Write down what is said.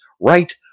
Right